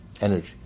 energy